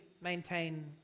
maintain